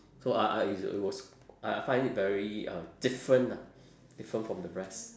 so I I it was I I find it very um different lah different from the rest